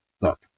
look